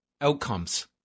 outcomes